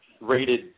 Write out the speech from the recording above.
rated